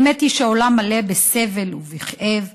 אמת היא שהעולם מלא בסבל ובכאב,